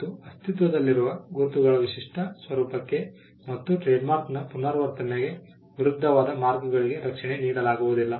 ಮತ್ತು ಅಸ್ತಿತ್ವದಲ್ಲಿರುವ ಗುರುತುಗಳ ವಿಶಿಷ್ಟ ಸ್ವರೂಪಕ್ಕೆ ಮತ್ತು ಟ್ರೇಡ್ಮಾರ್ಕ್ನ ಪುನರಾವರ್ತನೆಗೆ ವಿರುದ್ಧವಾದ ಮಾರ್ಕ್ಗಳಿಗೆ ರಕ್ಷಣೆ ನೀಡಲಾಗುವುದಿಲ್ಲ